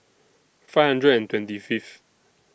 five hundred and twenty Fifth